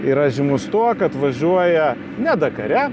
yra žymus tuo kad važiuoja ne dakare